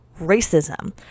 racism